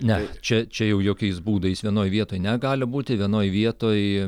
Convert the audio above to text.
ne čia čia jau jokiais būdais vienoj vietoj negali būti vienoj vietoj